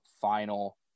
final